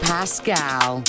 Pascal